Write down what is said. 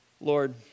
Lord